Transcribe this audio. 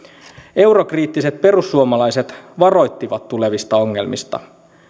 eurokriittiset perussuomalaiset varoittivat tulevista ongelmista